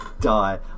die